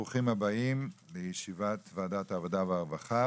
ברוכים הבאים לישיבת ועדת העבודה והרווחה,